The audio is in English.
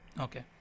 Okay